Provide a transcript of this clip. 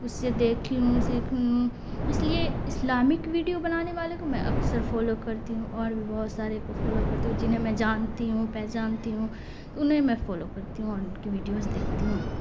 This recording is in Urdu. اس سے دیکھی ہوں سیکھی ہوں اس لیے اسلامک ویڈیو بنانے والے کو میں اکثر فالو کرتی ہوں اور بھی بہت سارے کو فالو کرتی ہوں جنہیں میں جانتی ہوں پہچانتی ہوں تو انہیں میں فالو کرتی ہوں اور ان کی ویڈیوز دیکھتی ہوں